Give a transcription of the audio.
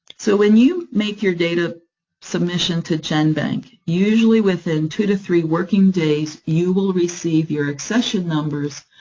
so when you make your data submission to genbank, usually within two to three working days, you will receive your accession numbers,